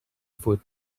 food